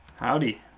howdy.